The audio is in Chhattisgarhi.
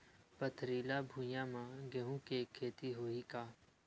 पथरिला भुइयां म गेहूं के खेती होही का?